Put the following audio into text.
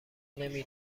نمی